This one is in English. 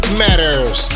matters